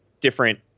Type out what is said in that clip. different